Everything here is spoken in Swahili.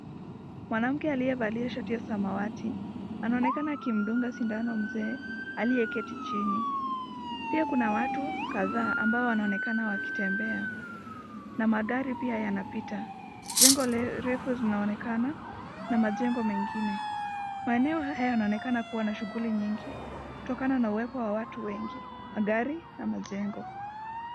Mwanamke aliyevalia shati ya samawati anaonekana akimdunga sindio mzee aliyeketi chini. Pia kuna watu kadhaa ambao wanaonekana wakitembea, na magari pia yanapita. Jengo refu zinaonekana na majengo mengine. Maeneo haya yanaonekana kuwa na shughuli nyingi kutokana na uwepo wa watu wengi, magari na majengo.